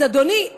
אז אדוני,